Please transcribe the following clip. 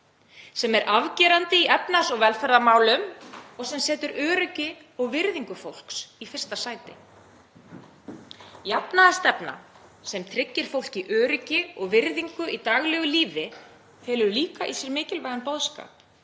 sem er afgerandi í efnahags- og velferðarmálum og sem setur öryggi og virðingu fólks í fyrsta sæti. Jafnaðarstefna sem tryggir fólki öryggi og virðingu í daglegu lífi felur líka í sér mikilvægan boðskap